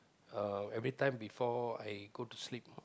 uh every time before I go to sleep